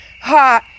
hot